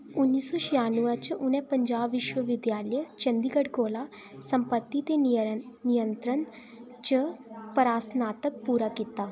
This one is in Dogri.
उन्नी सौ छिआनुए च उ'नें पंजाब विश्व विद्यालय चंडीगढ़ कोला संपत्ती ते नियर नियंत्रण च परा स्नातक कीता